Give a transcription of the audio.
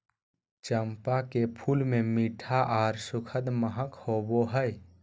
चंपा के फूल मे मीठा आर सुखद महक होवो हय